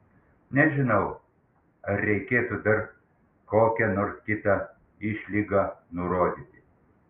nežinau ar reikėtų dar kokią nors kitą išlygą nurodyti